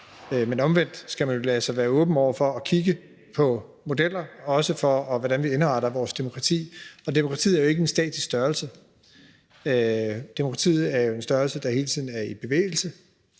Men omvendt skal man altså være åben over for at kigge på modeller og også modeller for, hvordan vi indretter vores demokrati. Demokratiet er jo ikke en statisk størrelse. Demokratiet er jo en størrelse, der hele tiden er i bevægelse,